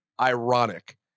ironic